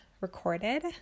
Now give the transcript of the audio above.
recorded